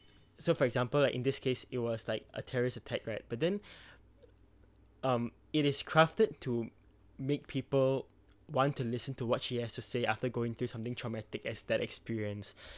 so for example like in this case it was like a terrorist attack right but then um it is crafted to make people want to listen to what she has to say after going through something traumatic as that experience